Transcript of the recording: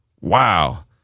Wow